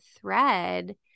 thread